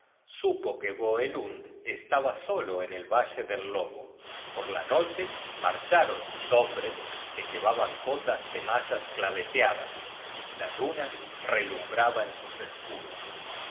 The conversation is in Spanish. supo que voelund estaba solo en el valle del lobo por la noche marcharon sus hombres que llevaban cotas de malla claveteadas la luna relumbraba en sus escudos y